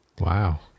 Wow